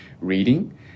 reading